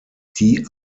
die